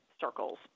circles